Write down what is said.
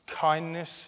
kindness